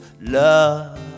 love